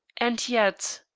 and yet